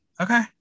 Okay